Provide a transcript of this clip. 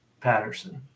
Patterson